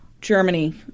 Germany